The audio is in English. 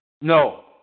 No